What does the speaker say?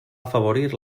afavorir